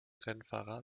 rennfahrer